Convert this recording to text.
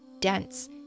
dense